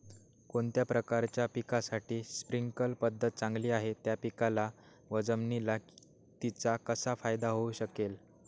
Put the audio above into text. कोणत्या प्रकारच्या पिकासाठी स्प्रिंकल पद्धत चांगली आहे? त्या पिकाला व जमिनीला तिचा कसा फायदा होऊ शकेल?